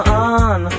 on